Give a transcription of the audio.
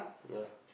ya